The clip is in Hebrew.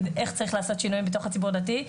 איך לעשות שינויים בתוך הציבור הדתי.